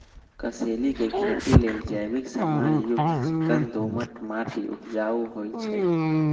कसेलि के खेती लेल जैविक समान युक्त चिक्कन दोमट माटी उपजाऊ होइ छइ